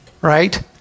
right